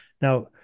now